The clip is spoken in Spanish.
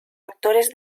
actores